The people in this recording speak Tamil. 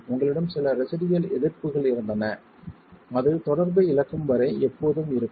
உங்களிடம் சில ரெசிடுயல் எதிர்ப்புகள் இருந்தன அது தொடர்பை இழக்கும் வரை எப்போதும் இருக்கும்